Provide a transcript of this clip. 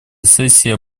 сессия